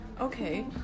Okay